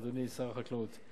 אדוני שר החקלאות.